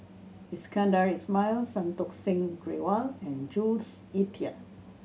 Iskandar Ismail Santokh Singh Grewal and Jules Itier